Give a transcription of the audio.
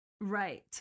Right